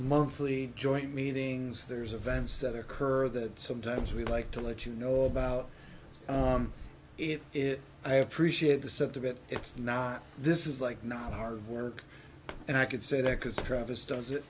monthly joint meetings there's a vents that occurred that sometimes we like to let you know about it is i appreciate the sentiment it's not this is like not hard work and i could say that because travis does it